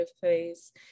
phase